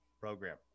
program